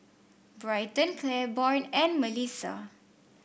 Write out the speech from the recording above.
Bryton Claiborne and Melisa